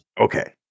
Okay